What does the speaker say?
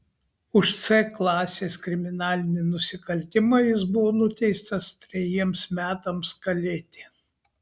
už c klasės kriminalinį nusikaltimą jis buvo nuteistas trejiems metams kalėti